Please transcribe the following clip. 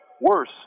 Worse